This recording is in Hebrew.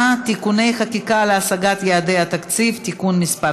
(תיקוני חקיקה להשגת יעדי התקציב) (תיקון מס'